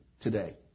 today